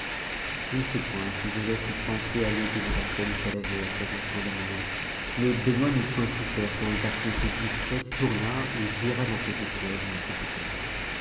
je ne sais point si joseph eût pensé à l'aider dans la peine qu'elle avait à servir tant de monde mais benoît n'eût point souffert qu'un garçon si distrait tournât et virât dans ses écuelles et dans ses bouteilles